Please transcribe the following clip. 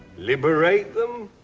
liberate them?